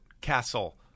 castle